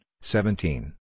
seventeen